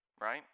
right